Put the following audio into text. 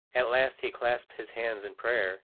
at last he clasped his hands in prayer,